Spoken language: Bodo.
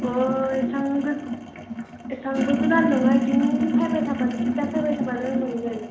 अ एसेबां एसेबांबो गोजान नङा बेथिं फैबाय थाबानो सिद्दा फैबाय थाबानो मोनगोन